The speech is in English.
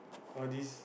all these